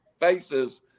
faces